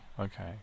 Okay